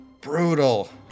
Brutal